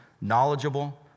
knowledgeable